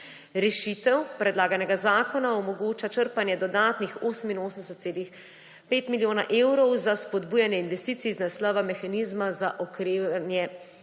Rešitev predlaganega zakona omogoča črpanje dodatnih 88,5 milijona evrov za spodbujanje investicij iz naslova mehanizma za okrevanje